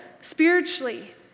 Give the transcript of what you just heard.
spiritually